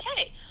okay